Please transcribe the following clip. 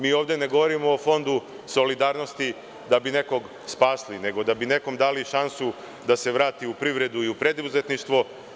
Mi ovde ne govorimo o fondu solidarnosti da bi nekog spasli, nego da bi nekom dali šansu da se vrati u privredu i u preduzetništvo.